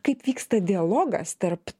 kaip vyksta dialogas tarp